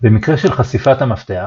במקרה של חשיפת המפתח,